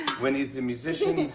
winnie is the musician.